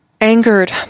Angered